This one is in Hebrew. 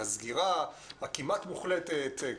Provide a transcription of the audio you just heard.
הסגירה הכמעט מוחלטת.